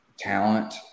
talent